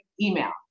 email